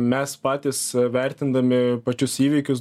mes patys vertindami pačius įvykius